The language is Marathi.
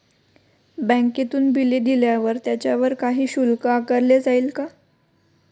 बँकेतून बिले दिल्यावर त्याच्यावर काही शुल्क आकारले जाईल का?